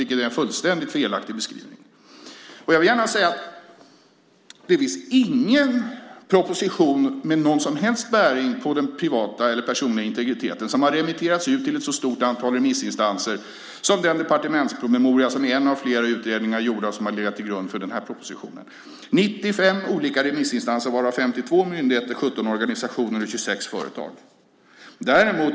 Det är en fullständigt felaktig beskrivning. Det finns ingen proposition med någon som helst bäring på den privata eller personliga integriteten som har remitterats ut till ett så stort antal remissinstanser som den departementspromemoria som är en av flera gjorda utredningar och som har legat till grund för den här propositionen. Det är 95 olika remissinstanser varav 52 myndigheter, 17 organisationer och 26 företag.